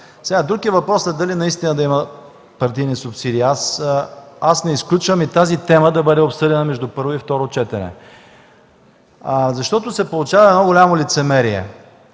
Друг е въпросът дали наистина да има партийни субсидии. Не изключвам и тази тема да бъде обсъждана между първо и второ четене. Получава се едно голямо лицемерие: